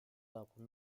arbres